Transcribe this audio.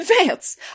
advance